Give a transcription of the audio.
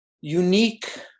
unique